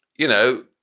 you know,